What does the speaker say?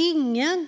Ingen